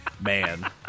man